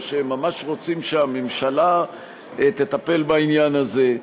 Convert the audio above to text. או שהם ממש רוצים שהממשלה תטפל בעניין הזה.